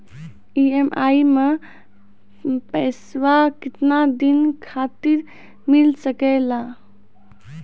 EMI मैं पैसवा केतना दिन खातिर मिल सके ला?